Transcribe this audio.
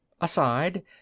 aside